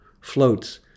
floats